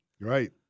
Right